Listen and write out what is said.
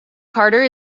carter